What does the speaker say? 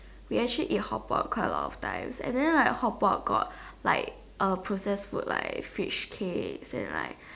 we actually eat hotpot quite a lot of times and then like hotpot got like uh processed food like fish cake and like